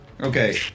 Okay